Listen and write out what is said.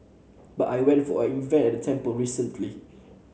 but I went for an event at a temple recently